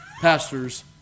pastors